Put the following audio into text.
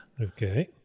Okay